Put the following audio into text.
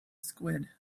squid